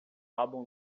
álbum